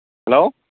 hello